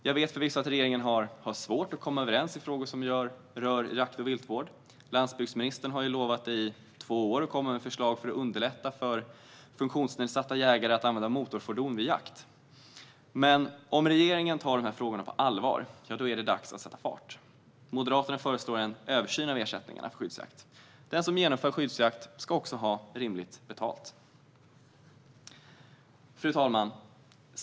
Jag vet att regeringen har svårt att komma överens i frågor som rör jakt och viltvård - landsbygdsministern har ju i två år lovat att komma med förslag för att underlätta för funktionsnedsatta jägare att använda motorfordon vid jakt - men om regeringen tar dessa frågor på allvar är det dags att sätta fart. Moderaterna föreslår en översyn av ersättningarna för skyddsjakt. Den som genomför skyddsjakt ska också ha rimligt betalt. Fru talman!